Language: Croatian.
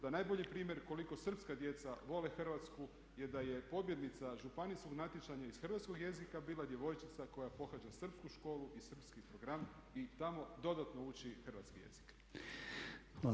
Da najbolji primjer koliko srpska djeca vole Hrvatsku je da je pobjednica županijskog natjecanja iz hrvatskog jezika bila djevojčica koja pohađa srpsku školu i srpski program i tamo dodatno uči hrvatski jezik.